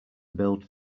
build